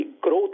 growth